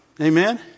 Amen